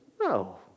No